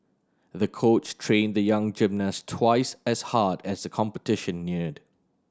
the coach trained the young gymnast twice as hard as the competition neared